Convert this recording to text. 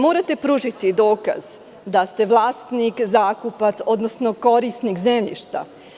Morate pružiti dokaz da ste vlasnik, zakupac, odnosno korisnik zemljišta.